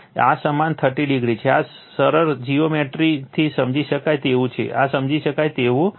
તેથી આ સમાન 30o છે આ સરળ જીઓમેટ્રી થી સમજી શકાય તેવું છે આ સમજી શકાય તેવું છે